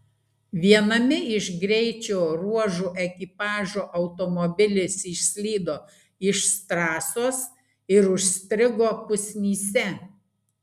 viename iš greičio ruožų ekipažo automobilis išslydo iš trasos ir užstrigo pusnyse